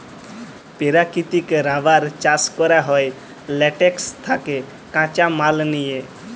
পেরাকিতিক রাবার চাষ ক্যরা হ্যয় ল্যাটেক্স থ্যাকে কাঁচা মাল লিয়ে